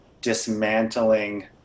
dismantling